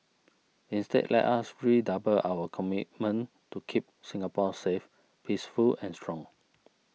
instead let us redouble our commitment to keep Singapore safe peaceful and strong